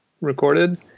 recorded